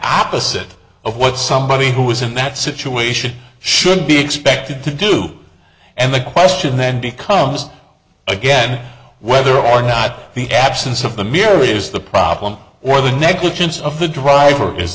opposite of what somebody who is in that situation should be expected to do and the question then becomes again whether or not the absence of the mirror is the problem or the negligence of the driver is